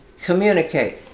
communicate